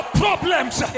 problems